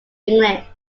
english